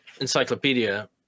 encyclopedia